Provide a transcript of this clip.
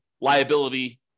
liability